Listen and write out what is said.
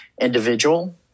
individual